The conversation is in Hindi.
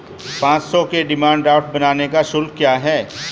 पाँच सौ के डिमांड ड्राफ्ट बनाने का शुल्क क्या है?